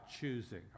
choosing